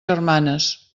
germanes